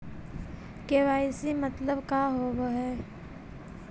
KYC मतलब का होव हइ?